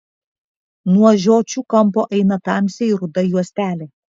nuo žiočių kampo eina tamsiai ruda juostelė